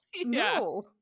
no